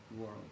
world